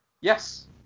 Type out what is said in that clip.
Yes